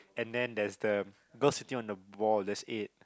and then there's the girl sitting on the ball that's eight